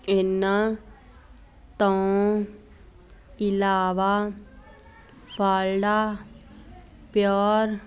ਇਹਨਾਂ ਤੋਂ ਇਲਾਵਾ ਫਾਰਲਾ ਪਿਓਰ